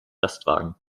lastwagen